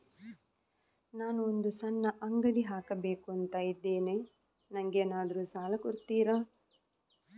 ನಾನು ಒಂದು ಸಣ್ಣ ಅಂಗಡಿ ಹಾಕಬೇಕುಂತ ಇದ್ದೇನೆ ನಂಗೇನಾದ್ರು ಸಾಲ ಕೊಡ್ತೀರಾ?